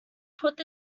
put